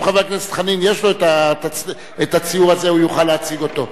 אם חבר הכנסת חנין יש לו הציור הזה הוא יוכל להציג אותו.